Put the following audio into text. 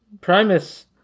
Primus